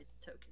token